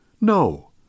No